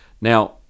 Now